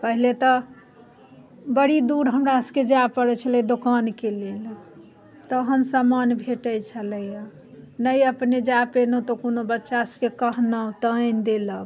पहिले तऽ बड़ी दूर हमरासबके जा पड़ै छलै दोकानके लेल तहन समान भेटै छलैए नहि अपने जा पेलहुँ तऽ कोनो बच्चासँ सबके कहलहुँ तऽ आनि देलक